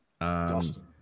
Dustin